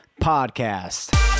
podcast